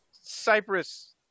Cyprus